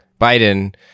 Biden